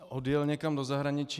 Odjel někam do zahraničí.